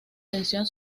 tensión